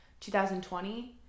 2020